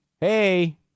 Hey